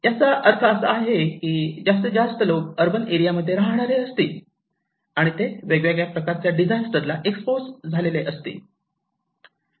याचा अर्थ असा आहे की जास्तीत जास्त लोक अर्बन एरियामध्ये राहणारे असतील आणि ते वेगवेगळ्या प्रकारच्या डिजास्टर ला एक्सपोज झालेले असतील